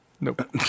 Nope